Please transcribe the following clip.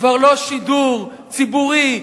כבר לא שידור ציבורי,